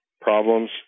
problems